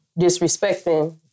disrespecting